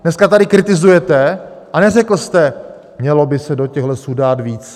Dneska tady kritizujete, a neřekl jste: mělo by se do těch lesů dát víc.